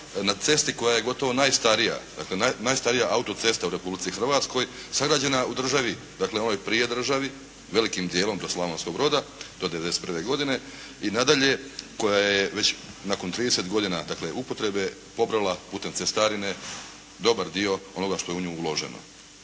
na cesti koja je gotovo najstarija, dakle, najstarija autocesta u Republici Hrvatskoj, sagrađena u državi, dakle, onoj prije državi velikim dijelom do Slavonskog Broda do '91. godine i nadalje koja je već nakon 30 godina dakle, upotrebe pobrala putem cestarine dobar dio onoga što je u nju uloženo.